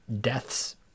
death's